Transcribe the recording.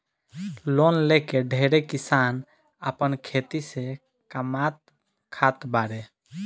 loan लेके ढेरे किसान आपन खेती से कामात खात बाड़े